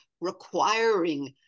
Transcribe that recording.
requiring